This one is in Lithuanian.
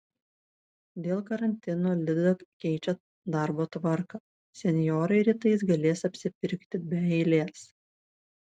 dėl karantino lidl keičia darbo tvarką senjorai rytais galės apsipirkti be eilės